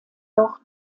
dort